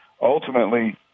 Ultimately